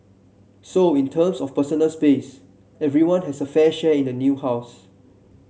so in terms of personal space everyone has a fair share in the new house